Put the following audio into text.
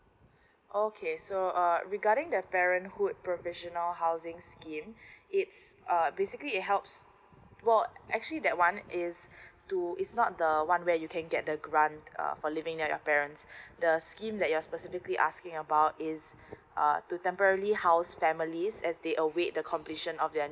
okay so uh regarding the parenthood provisional housing scheme it's um basically it helps (woh) actually that one not the one where you can get the grant um for living at your parents the scheme that your specifically asking about is uh to temporary house families as they await the completion of your